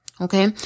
Okay